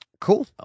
cool